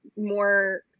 more